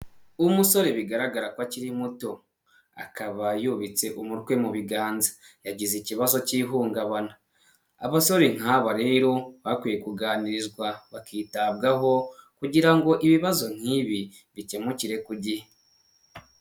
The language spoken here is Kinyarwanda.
Uwo umusore bigaragara ko akiri muto, akaba yubitse umutwe mu biganza. Yagize ikibazo cy'ihungabana. Abasore nk'aba rero bakwiye kuganirizwa bakitabwaho, kugira ngo ibibazo nk'ibi bikemukire ku gihe.